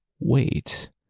Wait